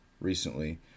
recently